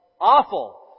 awful